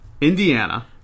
Indiana